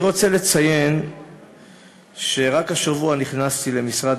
אני רוצה לציין שרק השבוע נכנסתי למשרד